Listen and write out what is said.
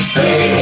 hey